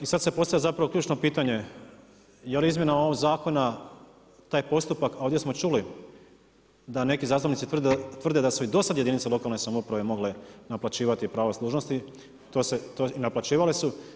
I sad se postavlja zapravo ključno pitanje je li izmjena ovog zakona, taj postupak, a ovdje smo čuli da neki zastupnici tvrde da su i do sad jedinice lokalne samouprave mogle naplaćivati pravo služnosti i naplaćivale su.